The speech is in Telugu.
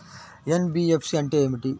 ఎన్.బీ.ఎఫ్.సి అంటే ఏమిటి?